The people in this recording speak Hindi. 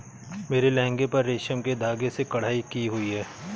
मेरे लहंगे पर रेशम के धागे से कढ़ाई की हुई है